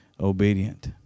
obedient